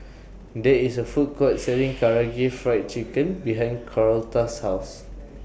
There IS A Food Court Selling Karaage Fried Chicken behind Carlota's House